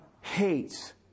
hates